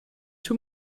too